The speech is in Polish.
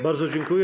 Bardzo dziękuję.